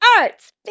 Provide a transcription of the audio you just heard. Arts